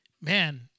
man